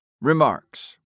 Remarks